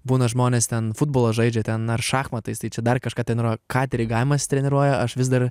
būna žmonės ten futbolą žaidžia ten ar šachmatais tai čia dar kažką ten ro ką dirigavimas treniruoja aš vis dar